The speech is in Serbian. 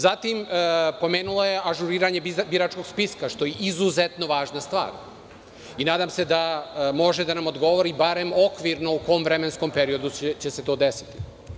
Zatim, pomenula je ažuriranje biračkog spiska, što je izuzetno važna stvar i nadam se da može da nam odgovori barem okvirno u kom vremenskom periodu će se to desiti.